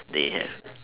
they have